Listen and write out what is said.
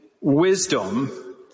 wisdom